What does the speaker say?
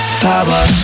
power